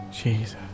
Jesus